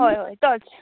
हय हय तोच